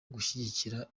gushyigikira